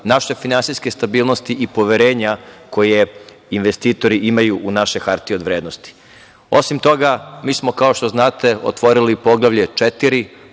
naše finansijske stabilnosti i poverenja koje investitori imaju u naše hartije od vrednosti. Osim toga, mi smo kao što znate otvorili Poglavlje četiri